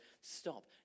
stop